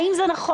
האם זה נכון?